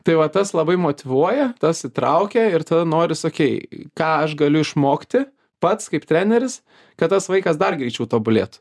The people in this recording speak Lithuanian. tai va tas labai motyvuoja tas įtraukia ir tada noris okei ką aš galiu išmokti pats kaip treneris kad tas vaikas dar greičiau tobulėtų